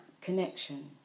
connection